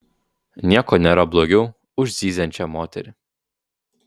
nieko nėra blogiau už zyziančią moterį